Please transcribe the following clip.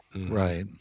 Right